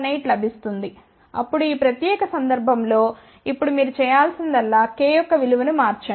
618 లభిస్తుంది అప్పుడు ఈ ప్రత్యేక సందర్భంలో ఇప్పుడు మీరు చేయాల్సిందల్లా k యొక్క విలువను మార్చండి